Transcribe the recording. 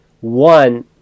one